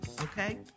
Okay